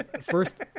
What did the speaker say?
first